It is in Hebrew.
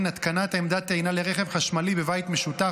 (התקנת עמדת טעינה לרכב חשמלי בבית משותף),